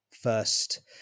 first